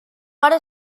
hora